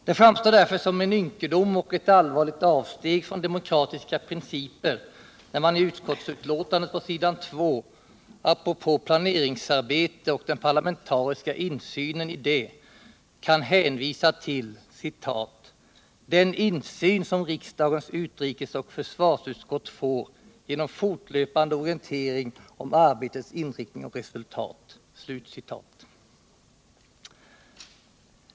Det framstår därför som en ynkedom och ett allvarligt avsteg från demokratiska principer, när man i utskottsbetänkandet på s. 2 apropå planeringsarbetet och den parlamentariska insynen i det kan hänvisa till ”den insyn som riksdagens utrikesoch försvarsutskott får genom fortlöpande orienteringar om arbetets inriktning och resultat”.